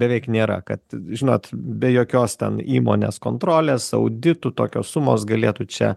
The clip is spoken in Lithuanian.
beveik beveik nėra kad žinot be jokios ten įmonės kontrolės auditų tokios sumos galėtų čia